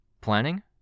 Planning